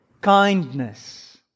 Kindness